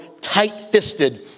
tight-fisted